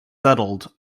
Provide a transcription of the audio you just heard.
settled